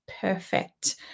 perfect